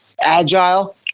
agile